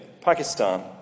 Pakistan